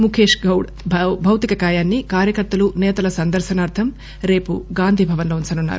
ముఖేష్ గౌడ్ భౌతికకాయాన్సి కార్యకర్తలు సేతల సందర్భనార్థం రేపు గాంధీభవన్ లో ఉంచనున్నారు